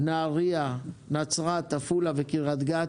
נהריה, נצרת, עפולה וקריית גת